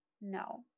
No